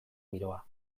giroa